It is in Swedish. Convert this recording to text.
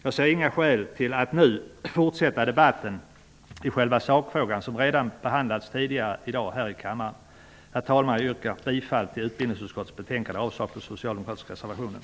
Jag ser inga skäl till att nu fortsätta debatten i själva sakfrågan. Den har redan behandlats tidigare i dag här i kammaren. Herr talman! Jag yrkar bifall till hemställan i utbildningsutskottets betänkande och avslag på den socialdemokratiska reservationen.